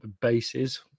bases